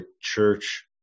church